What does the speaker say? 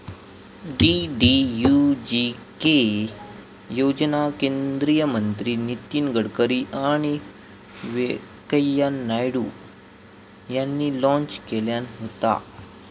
DDUGK योजना केंद्रीय मंत्री नितीन गडकरी आणि व्यंकय्या नायडू यांनी लॉन्च केल्यान होता